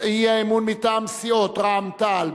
האי-אמון מטעם סיעות רע"ם-תע"ל,